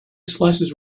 slices